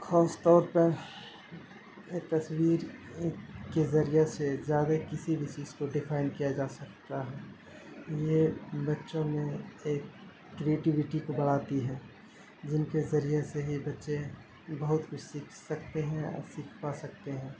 خاص طور پر ایک تصویر کے ذریعہ سے زیادہ کسی بھی چیز کو ڈیفائن کیا جا سکتا ہے یہ بچوں میں ایک کریٹوٹی کو بڑھاتی ہے جن کے ذریعہ سے ہی بچے بہت کچھ سیکھ سکتے ہیں اور سکھا سکتے ہیں